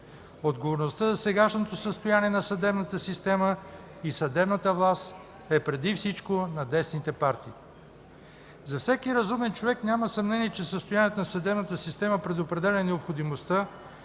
Отговорността за сегашното състояние на съдебната система и съдебната власт е преди всичко на десните партии. За всеки разумен човек няма съмнение, че състоянието на съдебната система предопределя необходимостта,